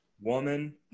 woman